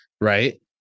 right